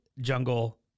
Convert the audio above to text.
Jungle